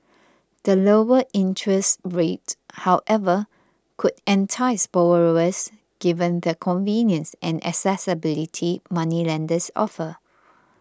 the lower interests rates however could entice borrowers given the convenience and accessibility moneylenders offer